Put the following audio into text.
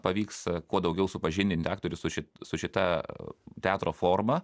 pavyks kuo daugiau supažindint aktorius su su šita teatro forma